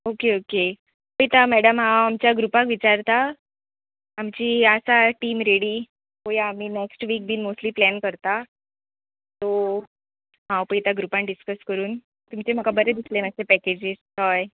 okay okay पळयता madam हांव आमच्या ग्रुपाक विचारतां आमची आसा टीम रेडी पया आमी नॅक्स्ट वीक बीन मोस्टली प्लॅन करता सो हांव पयता ग्रुपान डिस्कस करून तुमचे म्हाका बरें दिसले मातशे पॅकेजीस हय